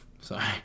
Sorry